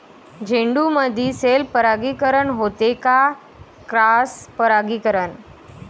झेंडूमंदी सेल्फ परागीकरन होते का क्रॉस परागीकरन?